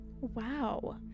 Wow